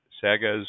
Sagas